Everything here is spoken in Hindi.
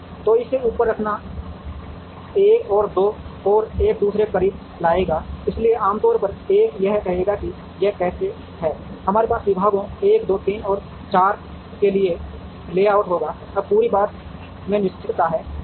तो इसे ऊपर रखना 1 और 2 को एक दूसरे के करीब लाएगा इसलिए आमतौर पर 1 यह कहेगा कि यह कैसे है हमारे पास विभागों 1 2 3 और 4 के लिए लेआउट होगा अब पूरी बात में निश्चितता है